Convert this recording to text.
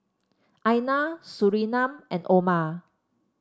Aina Surinam and Omar